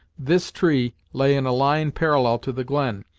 this tree lay in a line parallel to the glen,